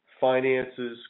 finances